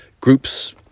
groups